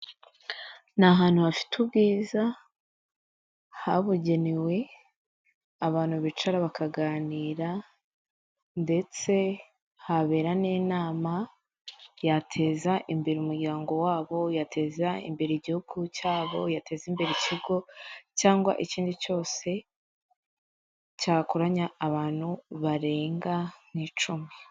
Ni ahantu hafite ubwiza habugenewe abantu bicara bakaganira ndetse habera n'inama yateza imbere umuryango wabo uyateza, imbere igihugu cyabo yateza, imbere ikigo cyangwa se ikindi cyose cyakoranya abantu barenga ku icumi.